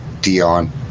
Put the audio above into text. Dion